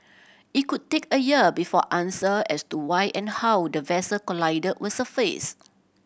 it could take a year before answer as to why and how the vessel collided will surface